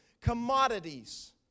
commodities